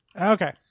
Okay